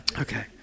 Okay